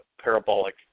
parabolic